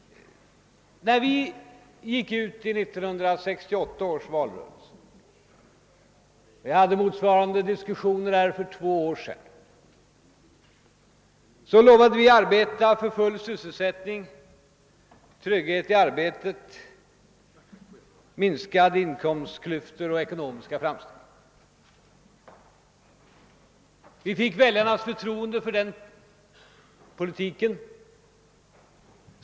När vi socialdemokrater gick ut i 1968 års valrörelse — det fördes ju motsvarande diskussioner här för två år sedan — lovade vi att arbeta för full sysselsättning, trygghet i arbetet, minskade inkomstklyftor och ekonomiska framsteg. Vi fick väljarnas förtroende för den politiken.